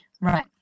Right